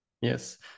Yes